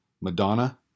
Madonna